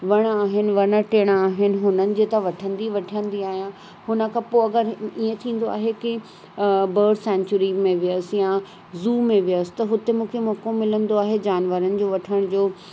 वण आहिनि वण टिण आहिनि हुननि जी त वठंदी वठंदी आहियां हुन खां पोइ अगरि ईअं थींदो आहे की बर्ड सेंचुरी में वियसि या ज़ू में वियसि त हुते मूंखे मौको मिलंदो आहे जानवरनि जो वठण जो